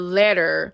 letter